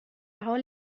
حال